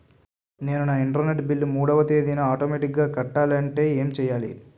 నేను నా internet bill మూడవ తేదీన ఆటోమేటిగ్గా కట్టాలంటే ఏం చేయాలి?